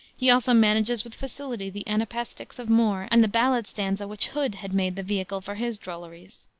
he also manages with facility the anapaestics of moore and the ballad stanza which hood had made the vehicle for his drolleries.